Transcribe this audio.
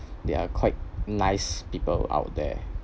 there're quite nice people out there